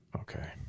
Okay